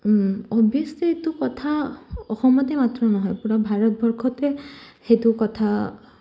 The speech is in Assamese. অভিয়াছলি এইটো কথা অসমতে নহয় পূৰা ভাৰতবৰ্ষতে সেইটো কথা